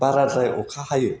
बाराद्राय अखा हायो